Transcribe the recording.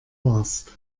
warst